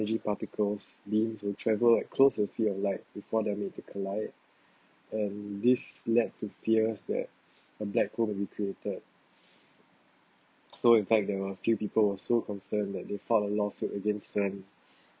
energy particles means will travel at close to the speed of light before they are made to collide and this led to fears that a black hole will be created so in fact there are few people who are so concerned that they filed a lawsuit against them